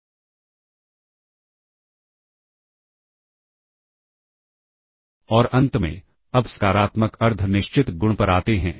और अंत में अब सकारात्मक अर्ध निश्चित गुण पर आते हैं